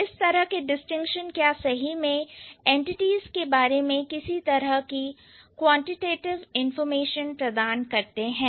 इस तरह के डिस्टिंक्शन क्या सही में एंटिटीज के बारे में किसी तरह की क्वांटिटेटिव इंफॉर्मेशन प्रदान करते हैं